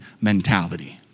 mentality